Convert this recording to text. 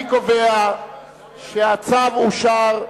אני קובע שהצו אושר,